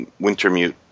Wintermute